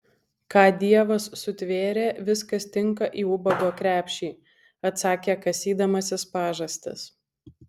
ką dievas sutvėrė viskas tinka į ubago krepšį atsakė kasydamasis pažastis